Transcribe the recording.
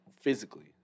physically